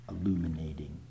illuminating